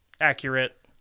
accurate